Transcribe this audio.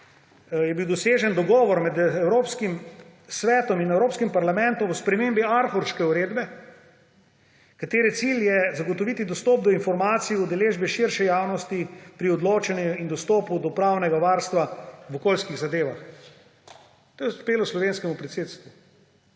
letos dosežen dogovor med Evropskim svetom in Evropskim parlamentom o spremembi Aarhuške konvencije, katere cilj je zagotoviti dostop do informacij o udeležbi širše javnosti pri odločanju in dostopu do pravnega varstva v okoljskih zadevah. To je uspelo slovenskemu predsedstvu.